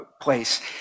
place